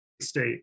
state